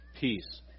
peace